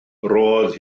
roedd